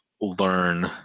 learn